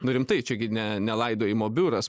nu rimtai čiagi ne ne laidojimo biuras